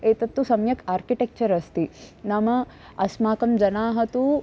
एतत्तु सम्यक् आर्किटेक्चर् अस्ति नाम अस्माकं जनाः तु